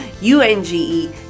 U-N-G-E